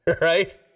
right